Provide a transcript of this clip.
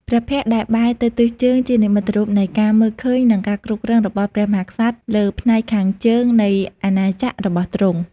ព្រះភ័ក្ត្រដែលបែរទៅទិសជើងជានិមិត្តរូបនៃការមើលឃើញនិងការគ្រប់គ្រងរបស់ព្រះមហាក្សត្រលើផ្នែកខាងជើងនៃអាណាចក្ររបស់ទ្រង់។